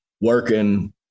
working